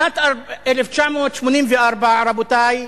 שנת 1984, רבותי,